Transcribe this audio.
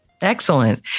Excellent